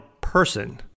person